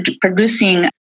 producing